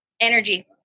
energy